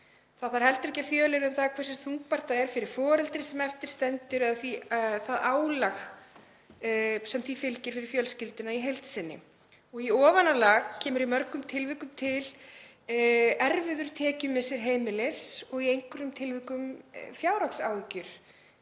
Það þarf ekki heldur að fjölyrða um hversu þungbært það er fyrir það foreldri sem eftir stendur eða það álag sem því fylgir fyrir fjölskylduna í heild sinni. Í ofanálag kemur í mörgum tilvikum til erfiður tekjumissir heimilis og í einhverjum tilvikum fjárhagsáhyggjur